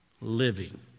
living